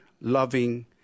loving